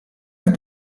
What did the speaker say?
have